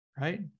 right